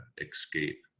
escape